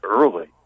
early